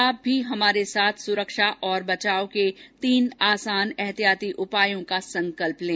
आप भी हमारे साथ सुरक्षा और बचाव के तीन आसान एहतियाती उपायों का संकल्प लें